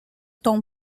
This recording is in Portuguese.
tom